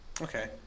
Okay